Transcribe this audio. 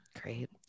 Great